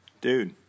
Dude